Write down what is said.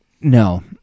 No